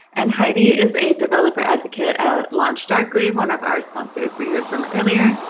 and heidi is a developer-advocate at launchdarkly, one of our sponsors we heard from earlier.